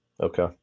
Okay